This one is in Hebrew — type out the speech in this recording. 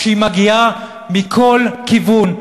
כשהיא מגיעה מכל כיוון.